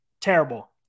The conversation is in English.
terrible